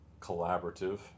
collaborative